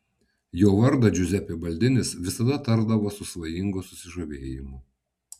jo vardą džiuzepė baldinis visada tardavo su svajingu susižavėjimu